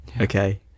Okay